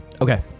okay